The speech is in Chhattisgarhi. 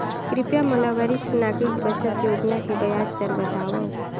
कृपया मोला वरिष्ठ नागरिक बचत योजना के ब्याज दर बतावव